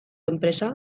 enpresa